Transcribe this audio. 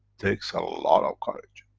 takes a lot of courage.